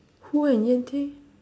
who and yan-ting